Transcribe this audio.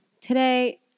today